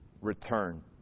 return